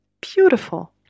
Beautiful